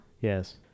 Yes